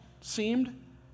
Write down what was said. seemed